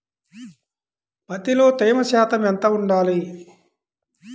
పత్తిలో తేమ శాతం ఎంత ఉండాలి?